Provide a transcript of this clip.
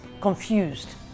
confused